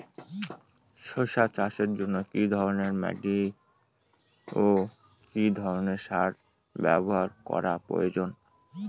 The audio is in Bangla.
শশা চাষের জন্য কি ধরণের মাটি ও কি ধরণের সার ব্যাবহার করা প্রয়োজন?